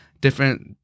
different